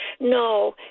No